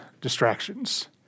distractions